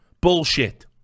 Bullshit